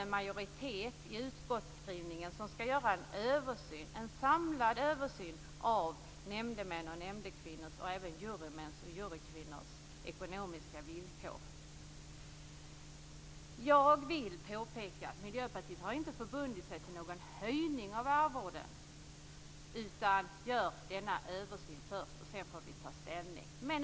En majoritet i utskottet står nu bakom skrivningen om att det skall göras en samlad översyn av nämndemäns och nämndekvinnors och även jurymäns och jurykvinnors ekonomiska villkor. Jag vill påpeka att Miljöpartiet inte har förbundit sig att göra någon höjning av arvodena, utan att vi vill att man först skall göra denna översyn. Sedan får vi ta ställning.